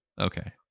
Okay